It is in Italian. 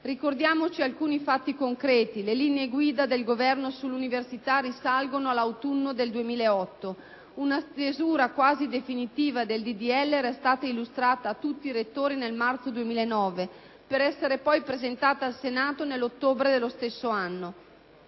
Ricordiamoci alcuni fatti concreti: le linea guida del Governo sull'università risalgono all'autunno del 2008; una stesura quasi definitiva del disegno di legge era stata illustrata a tutti i rettori nel marzo 2009, per essere poi presentata al Senato nell'ottobre dello stesso anno.